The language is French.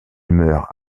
meurt